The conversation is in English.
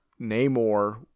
Namor